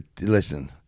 listen